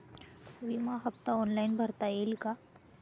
विमा हफ्ता ऑनलाईन भरता येईल का?